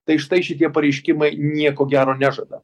tai štai šitie pareiškimai nieko gero nežada